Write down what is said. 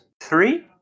three